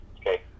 Okay